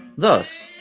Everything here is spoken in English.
thus,